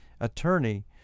attorney